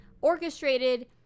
orchestrated